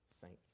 saints